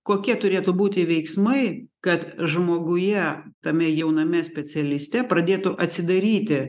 kokie turėtų būti veiksmai kad žmoguje tame jauname specialiste pradėtų atsidaryti